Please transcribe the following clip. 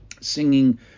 singing